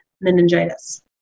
meningitis